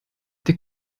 der